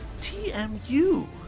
TMU